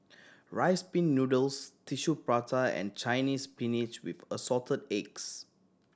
Rice Pin Noodles Tissue Prata and Chinese Spinach with Assorted Eggs